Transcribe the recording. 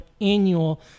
annual